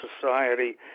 society